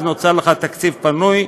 נוצר לך תקציב פנוי.